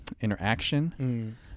interaction